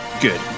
Good